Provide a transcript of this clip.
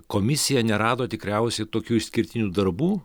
komisija nerado tikriausiai tokių išskirtinių darbų